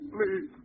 Please